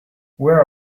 where